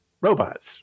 robots